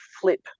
flip